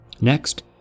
Next